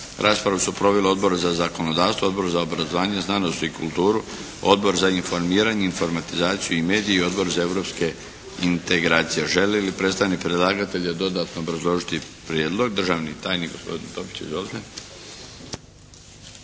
Raspravu su proveli Odbor za zakonodavstvo, Odbor za obrazovanje, znanost i kulturu, Odbor za informiranje, informatizaciju i medije i Odbor za europske integracije. Želi li predstavnik predlagatelja dodatno obrazložiti Prijedlog? Državni tajnik, gospodin Topić. Izvolite.